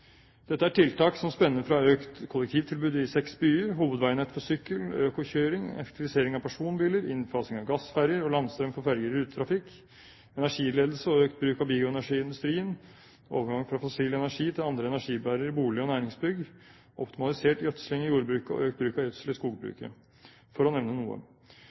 Dette er tiltak som spenner fra økt kollektivtilbud i seks byer, hovedveinett for sykkel, økokjøring, effektivisering av personbiler, innfasing av gassferger og landstrøm for ferger i rutetrafikk, energiledelse og økt bruk av bioenergi i industrien, overgang fra fossil energi til andre energibærere i bolig- og næringsbygg, optimalisert gjødsling i jordbruket og økt bruk av gjødsel i skogbruket, for å nevne noe.